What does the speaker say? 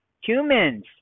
Humans